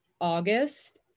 August